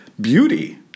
Beauty